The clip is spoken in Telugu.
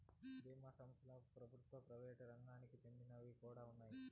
బీమా సంస్థలలో ప్రభుత్వ, ప్రైవేట్ రంగాలకి చెందినవి కూడా ఉన్నాయి